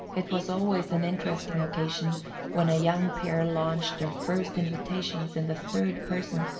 it was always an interesting occasion when a young pair launched their first invitations in the third person,